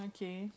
okay